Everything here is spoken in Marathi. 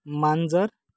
मांजर